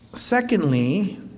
Secondly